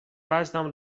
وزنم